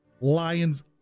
Lions